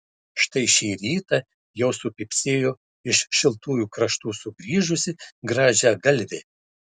štai šį rytą jau supypsėjo iš šiltųjų kraštų sugrįžusi grąžiagalvė